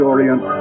Orient